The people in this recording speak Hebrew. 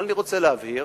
אבל אני רוצה להבהיר